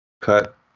cut